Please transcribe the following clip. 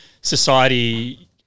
society